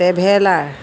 traveller